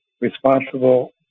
responsible